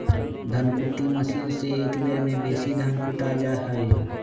धन कुट्टी मशीन से एक बेर में बेशी धान कुटा जा हइ